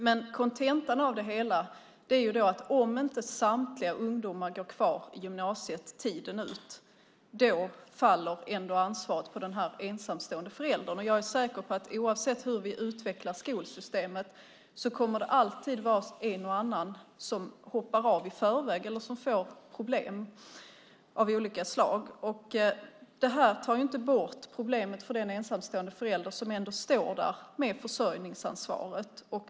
Men kontentan av det hela är att om inte samtliga ungdomar går kvar i gymnasiet tiden ut faller ansvaret på den ensamstående föräldern. Jag är säker på att oavsett hur vi utvecklar skolsystemet kommer det alltid att vara en och annan som hoppar av i förväg eller som får problem av olika slag. Det här tar inte bort problemet för den ensamstående förälder som ändå står där med försörjningsansvaret.